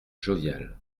jovial